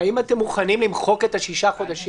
האם אתם מוכנים למחוק את השישה חודשים?